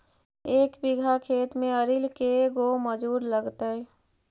एक बिघा खेत में आरि ल के गो मजुर लगतै?